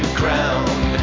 ground